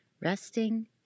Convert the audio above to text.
Resting